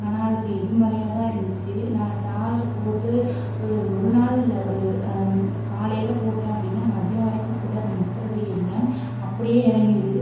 ஆனால் அதுக்கு எதிர்மறையாக தான் இருந்துச்சு நான் சார்ஜ் போட்டு ஒரு ஒரு நாள் இல்லை ஒரு காலையில் போட்டேன் அப்படின்னா மதியம் வரைக்கும் கூட அது நிற்கதே இல்லை அப்படியே இறங்கிடுது